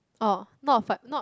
orh not affec~ not